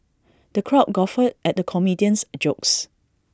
the crowd guffawed at the comedian's jokes